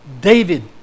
David